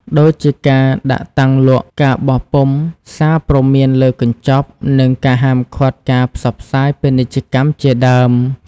ដូចជាការដាក់តាំងលក់ ការបោះពុម្ពសារព្រមានលើកញ្ចប់ និងការហាមឃាត់ការផ្សព្វផ្សាយពាណិជ្ជកម្មជាដើម។